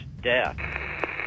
death